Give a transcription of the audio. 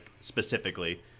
specifically